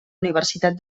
universitat